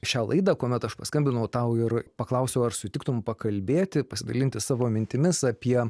šią laidą kuomet aš paskambinau tau ir paklausiau ar sutiktum pakalbėti pasidalinti savo mintimis apie